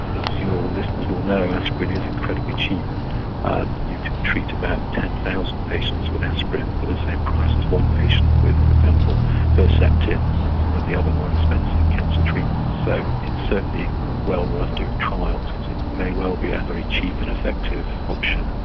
as your listeners will know, that aspirin is incredibly cheap and you can treat about ten thousand patients with aspirin for the same price as one patient with for example herceptin and some of the the more expensive cancer treatments. so it's certainly well worth doing trials, because it may well be a very cheap and effective option.